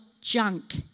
junk